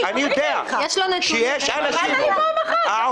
קראת לי פעם אחת.